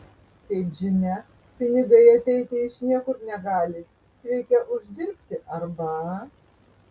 kaip žinia pinigai ateiti iš niekur negali reikia uždirbti arba